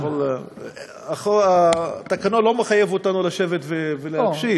לא, אבל התקנון לא מחייב אותנו לשבת ולהקשיב.